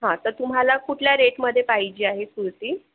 हा तर तुम्हाला कुठल्या रेटमध्ये पाहिजे आहे कुर्ती